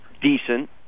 decent